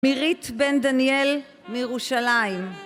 מירית בן דניאל מירושלים